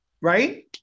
Right